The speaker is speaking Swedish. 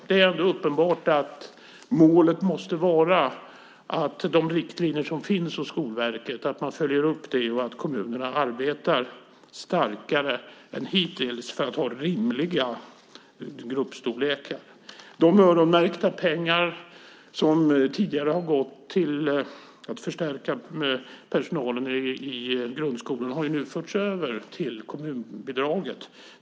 Det är ändå uppenbart att målet måste vara att man följer upp de riktlinjer som finns hos Skolverket och att kommunerna arbetar starkare än hittills för att ha rimliga gruppstorlekar. De öronmärkta pengar som tidigare har gått till att förstärka personalen i grundskolan har nu förts över till kommunbidraget.